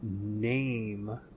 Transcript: name